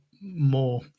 more